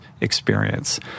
experience